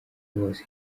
hose